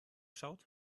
schaut